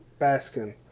Baskin